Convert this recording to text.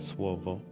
Słowo